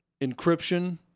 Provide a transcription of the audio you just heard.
encryption